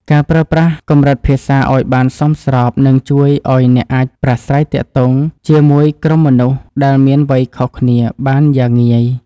ការប្រើប្រាស់កម្រិតភាសាឱ្យបានសមស្របនឹងជួយឱ្យអ្នកអាចប្រាស្រ័យទាក់ទងជាមួយក្រុមមនុស្សដែលមានវ័យខុសគ្នាបានយ៉ាងងាយស្រួល។